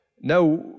Now